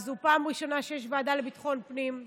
וזאת פעם ראשונה שיש ועדה לביטחון הפנים,